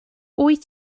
wyt